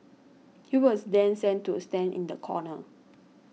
he was then sent to stand in the corner